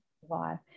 survive